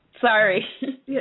Sorry